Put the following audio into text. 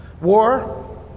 War